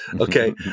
okay